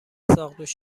ساقدوش